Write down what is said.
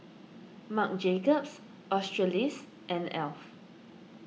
Marc Jacobs Australis and Alf